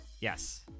Yes